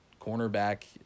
cornerback